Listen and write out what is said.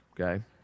okay